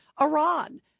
Iran